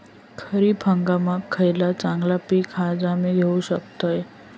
खरीप हंगामाक खयला चांगला पीक हा जा मी घेऊ शकतय?